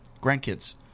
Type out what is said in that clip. grandkids